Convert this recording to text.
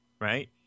right